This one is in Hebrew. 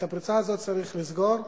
את הפרצה הזאת צריך לסגור.